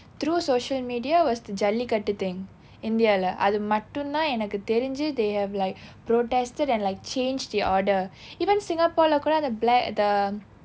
through social media was the Jallikattu thing india இல்ல அது மட்டும் தான் எனக்கு தெரிஞ்சு:illa athu mattum thaan enakku therinju they have like protested and like changed the order even singapore இல்ல கூட அந்த:illa kuda antha black the